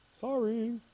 sorry